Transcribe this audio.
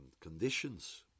conditions